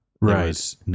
Right